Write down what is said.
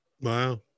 Wow